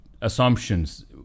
assumptions